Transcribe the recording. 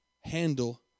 handle